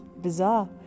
bizarre